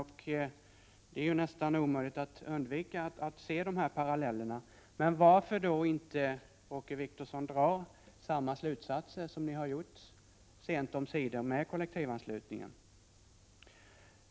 Ja, det är nästan omöjligt att undvika att dra den parallellen. Men borde då inte socialdemokraterna, Åke Wictorsson, dra samma slutsats som ni sent omsider har gjort i fråga om kollektivanslutningen?